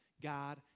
God